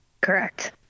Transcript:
Correct